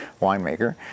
winemaker